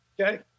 Okay